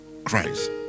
Christ